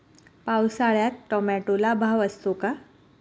पावसाळ्यात टोमॅटोला भाव असतो का?